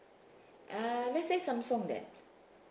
ah let's say samsung then